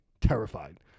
terrified